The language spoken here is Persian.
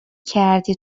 کردی